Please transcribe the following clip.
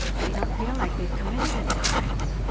they don't feel like they've committed any crimes.